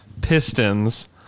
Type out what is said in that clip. pistons